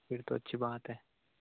फिर तो अच्छी बात है